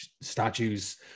statues